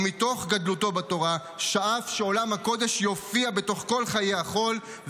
ומתוך גדלותו בתורה שאף שעולם הקודש יופיע בתוך כל חיי החול,